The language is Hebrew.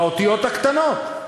באותיות הקטנות.